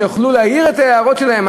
שהם יוכלו להעיר את ההערות שלהם.